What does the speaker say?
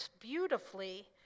beautifully